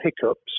hiccups